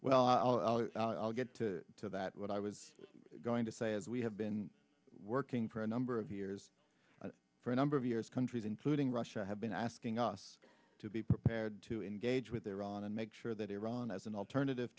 well i'll get to to that what i was going to say as we have been working for a number of years for a number viewers countries including russia have been asking us to be prepared to engage with iran and make sure that iran has an alternative